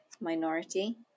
minority